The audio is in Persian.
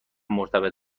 مرتبط